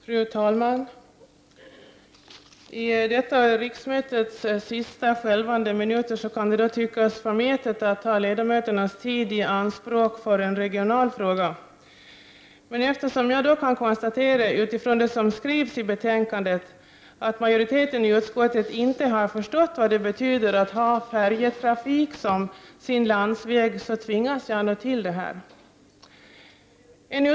Fru talman! I detta riksmötes sista skälvande minuter kan det tyckas förmätet att ta ledamöternas tid i anspråk för en regional fråga. Men eftersom jag utifrån det som skrivs i betänkandet kan konstatera att majoriteten i utskottet inte har förstått vad det betyder att ha färjetrafik som landsväg, tvingas jag till att ta upp kammarens tid.